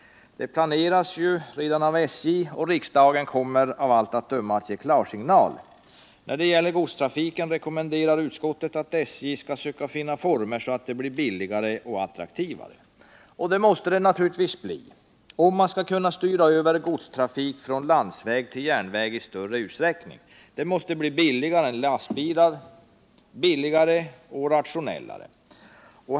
Det planeras redan av SJ, och riksdagen kommer av allt att döma att ge klarsignal. När det gäller godstrafiken rekommenderar utskottet att SJ skall söka finna former så att SJ:s godstrafik blir billigare och attraktivare. Och det måste den naturligtvis bli om man i större utsträckning skall kunna styra över godstrafik från landsväg till järnväg. Den måste bli billigare än transport med lastbilar, billigare och rationellare.